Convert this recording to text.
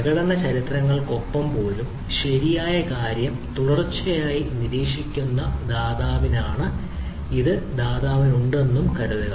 പ്രകടനചരിത്രങ്ങൾക്കൊപ്പം പോലും ശരിയായ കാര്യം തുടർച്ചയായി നിരീക്ഷിക്കുന്ന ദാതാവിനായി ഇത് ദാതാവിനുണ്ടെന്ന് കാണുക